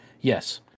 Yes